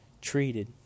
treated